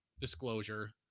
Disclosure